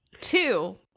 Two